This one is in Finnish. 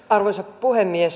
arvoisa puhemies